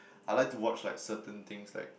I like to watch like certain things like